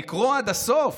לקרוא עד הסוף,